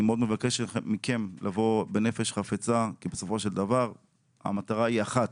אני מאוד מבקש מכם לבוא בנפש חפצה כי בסופו של דבר המטרה היא אחת